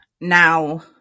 Now